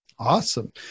Awesome